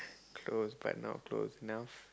close but not close enough